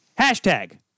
Hashtag